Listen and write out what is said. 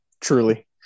truly